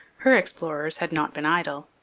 her explorers had not been idle.